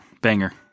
Banger